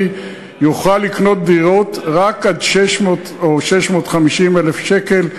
יוכל לקנות דירות רק עד 600,000 או 650,000 שקל.